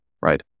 Right